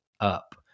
up